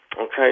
Okay